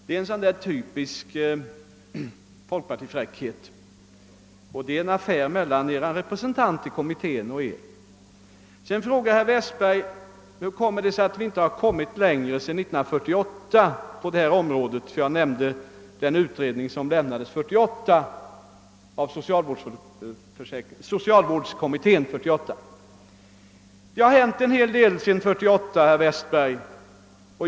Det är en typisk folkpartifräckhet. Det är helt en affär mellan er själva och er representant i kommittén. Sedan frågar herr Westberg: Vad är orsaken till att vi inte kommit längre sedan 1948 på detta område? Jag hade nämnt det utredningsresultat som lämnades 1948 av socialvårdskommittén. Jo, det har hänt en hel del sedan 1948, herr Westberg.